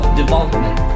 development